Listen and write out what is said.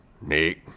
Nick